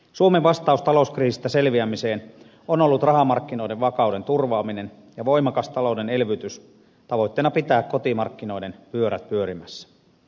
suomen vastaus talouskriisistä selviämiseen on ollut rahamarkkinoiden vakauden turvaaminen ja voimakas talouden elvytys tavoitteena pitää kotimarkkinoiden pyörät pyörimässä